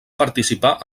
participar